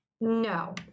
No